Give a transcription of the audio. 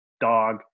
dog